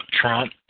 Trump